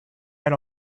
had